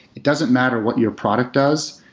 it doesn't matter what your product does.